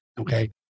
Okay